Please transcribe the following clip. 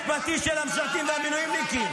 עיגון מעמד משפטי של המשרתים והמילואימניקים,